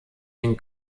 den